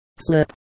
slip